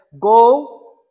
go